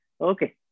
Okay